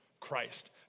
Christ